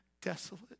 desolate